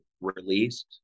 released